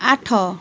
ଆଠ